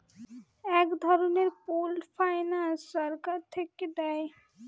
এক ধরনের pooled finance সরকার থিকে দেয়